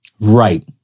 Right